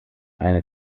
eine